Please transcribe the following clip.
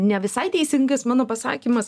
ne visai teisingas mano pasakymas